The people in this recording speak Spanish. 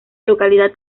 localidad